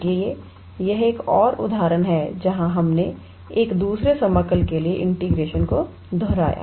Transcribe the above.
इसलिए यह एक और उदाहरण है जहां हमने एक दोहरे समाकल के लिए इंटीग्रेशन को दोहराया